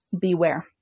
beware